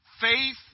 Faith